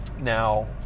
Now